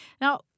Now